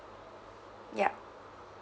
yup